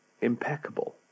impeccable